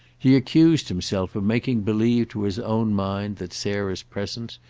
he accused himself of making believe to his own mind that sarah's presence,